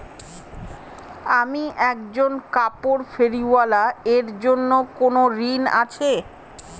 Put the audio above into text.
আমি একজন কাপড় ফেরীওয়ালা এর জন্য কোনো ঋণ আছে?